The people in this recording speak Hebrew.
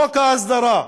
חוק ההסדרה,